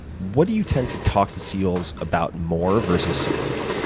what do you tend to talk to seals about more versus civilians?